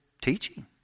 teaching